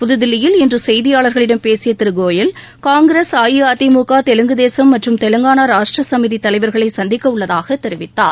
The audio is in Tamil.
புதுதில்லியில் இன்று செய்தியாளர்களிடம் பேசிய திரு கோயல் காங்கிரஸ் அஇஅதிமுக தெலுங்கு தேசும் மற்றும் தெலுங்கானா ராஷ்டிர சமிதி தலைவர்களை சந்திக்கவுள்ளதாக தெரிவித்தார்